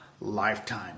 lifetime